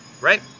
right